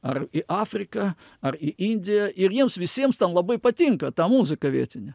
ar į afriką ar į indiją ir jiems visiems ten labai patinka ta muzika vietinė